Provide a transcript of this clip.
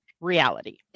reality